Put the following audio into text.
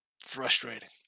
Frustrating